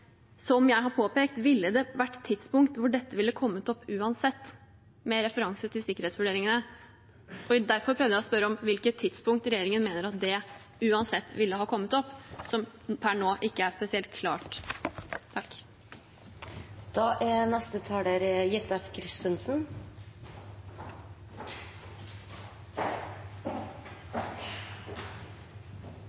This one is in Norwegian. jeg også har påpekt, ville det vært tidspunkt hvor dette ville kommet opp uansett.» Derfor prøvde jeg å spørre om hvilket tidspunkt regjeringen mener at det uansett ville ha kommet opp, noe som per nå ikke er spesielt klart.